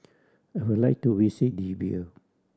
I would like to visit Libya